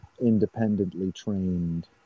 independently-trained